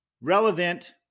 relevant